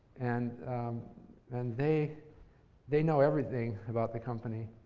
and and they they know everything about the company,